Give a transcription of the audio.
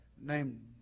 named